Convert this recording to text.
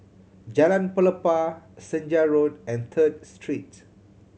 Jalan Pelepah Senja Road and Third Street